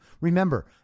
Remember